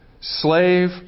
slave